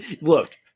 Look